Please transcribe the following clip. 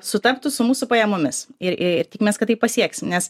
sutaptų su mūsų pajamomis ir ir tikimės kad tai pasieksim nes